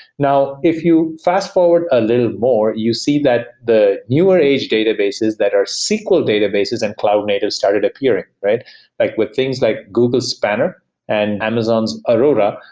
now, if you fast-forward a little more, you see that the newer age databases that are sql databases and cloud native started appearing. with things like google spanner and amazon's aurora,